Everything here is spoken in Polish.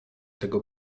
tego